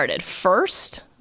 First